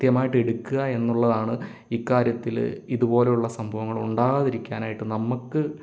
കൃത്യമായിട്ട് എടുക്കുക എന്നുള്ളതാണ് ഇക്കാര്യത്തിൽ ഇതുപോലെയുള്ള സംഭവങ്ങൾ ഉണ്ടാകാതിരിക്കാൻ ആയിട്ട് നമുക്ക്